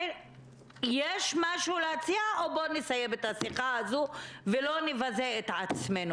יש משהו להציע או שנסיים את השיחה הזו ולא נבזה את עצמנו